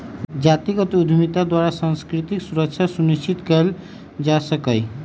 जातिगत उद्यमिता द्वारा सांस्कृतिक सुरक्षा सुनिश्चित कएल जा सकैय